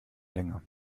länger